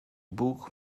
bóg